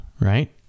Right